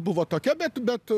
buvo tokia bet bet